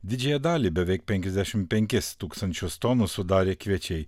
didžiąją dalį beveik penkiasdešimt penkis tūkstančius tonų sudarė kviečiai